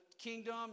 kingdom